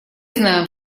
знаем